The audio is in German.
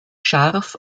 scharf